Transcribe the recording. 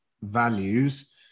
values